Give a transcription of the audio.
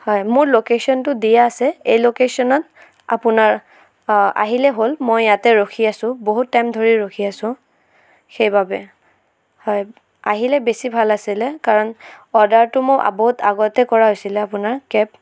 হয় মোৰ লোকেশ্বনটো দিয়া আছে এই লোকেশ্বনত আপোনাৰ আহিলে হ'ল মই ইয়াতে ৰখি আছো বহুত টাইম ধৰি ৰখি আছো সেইবাবে হয় আহিলে বেছি ভাল আছিলে কাৰণ অৰ্ডাৰটো মোৰ বহুত আগতে কৰা হৈছিলে আপোনাৰ কেব